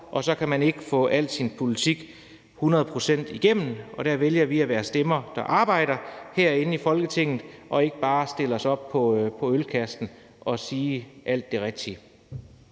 og så kan man ikke få al sin politik 100 pct. igennem. Vi vælger at være stemmer, der arbejder herinde i Folketinget, og ikke bare stille os op på ølkassen og sige alt det rigtige.